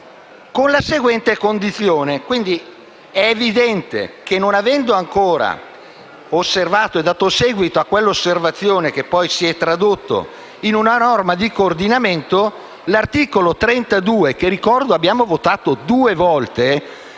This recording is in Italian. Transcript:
81, ad una condizione. È evidente, quindi, non avendo ancora osservato e dato seguito a tale osservazione, che poi si è tradotta in una norma di coordinamento, che l'articolo 32 - che ricordo abbiamo votato due volte